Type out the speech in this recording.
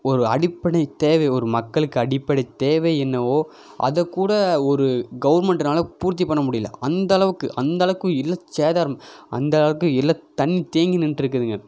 ஒரு அடிப்படைத்தேவை ஒரு மக்களுக்கு அடிப்படைத்தேவை என்னவோ அதைக்கூட ஒரு கவர்ன்மெண்ட்னால் பூர்த்தி பண்ண முடியல அந்த அளவுக்கு அந்த அளவுக்கு எல்லாம் சேதாரம் அந்த அளவுக்கு எல்லாம் தண்ணி தேங்கி நின்றுட்ருக்குதுங்க